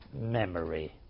memory